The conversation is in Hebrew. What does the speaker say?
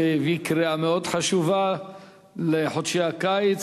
שהביא קריאה מאוד חשובה לחודשי הקיץ.